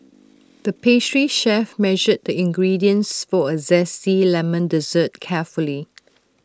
the pastry chef measured the ingredients for A Zesty Lemon Dessert carefully